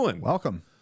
Welcome